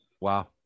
wow